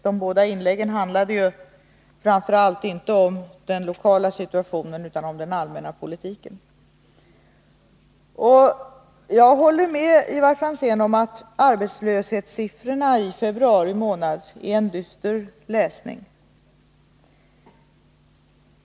De båda inläggen handlade ju inte framför allt om den lokala situationen utan om den allmänna politiken. Jag håller med Ivar Franzén om att arbetslöshetssiffrorna för februari är en dyster läsning.